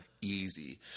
easy